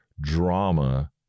Drama